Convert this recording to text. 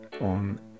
on